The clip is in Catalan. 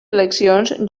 eleccions